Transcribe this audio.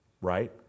Right